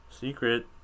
secret